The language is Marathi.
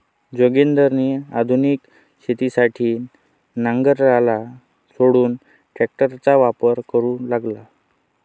जोगिंदर आधुनिक शेतीसाठी नांगराला सोडून ट्रॅक्टरचा वापर करू लागला